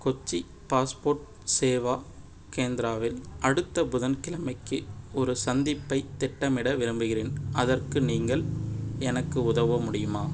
Kochi passport Seva கேந்திராவில் அடுத்த புதன்கிழமைக்கு ஒரு சந்திப்பைத் திட்டமிட விரும்புகிறேன் அதற்கு நீங்கள் எனக்கு உதவ முடியுமா